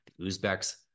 Uzbeks